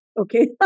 Okay